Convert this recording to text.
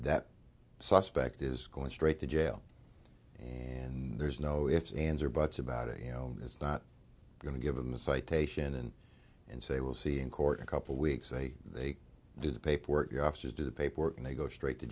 that suspect is going straight to jail and there's no ifs ands or buts about it you know it's not going to give him a citation and and say we'll see in court a couple weeks say they did the paperwork the officers do the paperwork and they go straight to